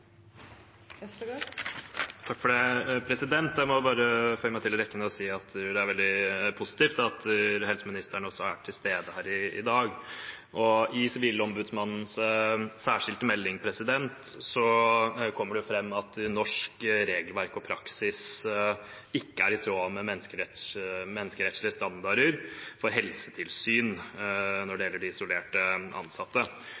Jeg må bare føye meg inn i rekken og si at det er veldig positivt at også helseministeren er til stede her i dag. I Sivilombudsmannens særskilte melding kommer det fram at norsk regelverk og praksis ikke er i tråd med menneskerettslige standarder for helsetilsyn når det